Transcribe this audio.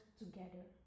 together